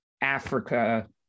Africa